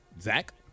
Zach